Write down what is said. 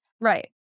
right